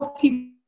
people